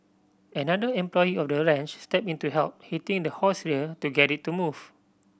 another employee of the ranch stepped in to help hitting the horse's rear to get it to move